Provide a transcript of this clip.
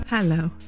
Hello